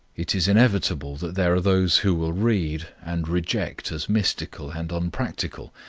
it is inevitable that there are those who will read and reject as mystical and unpractical,